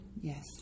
yes